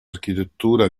architettura